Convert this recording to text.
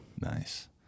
Nice